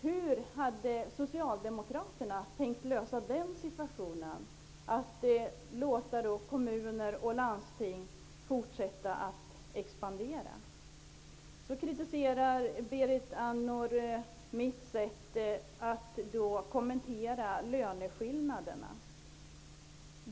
Hur hade socialdemokraterna tänkt lösa problemet med att kommuner och landsting fortsätter att expandera? Berit Andnor kritiserar mitt sätt att kommentera löneskillnaderna.